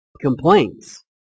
complaints